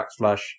backslash